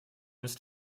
ist